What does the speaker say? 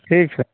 ठीक छै